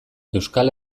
euskal